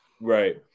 Right